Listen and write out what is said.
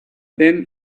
then